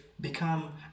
become